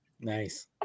Nice